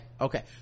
okay